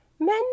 Men